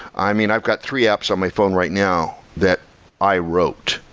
i mean, i've got three apps on my phone right now that i wrote,